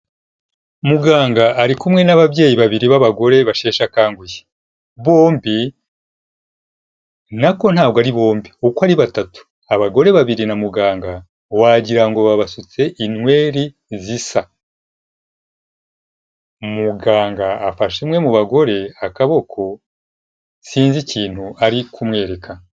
Muganga ari kumwe' nababyeyi babiri b'abagore basheshe akanguhe, bombi na ko ntabwo ari bombi uko ari batatu, abagore babiri na muganga wagira ngo babasutse inweri zisa, muganga afasha umwe mu bagore akaboko sinzi ikintu ari kumwereka.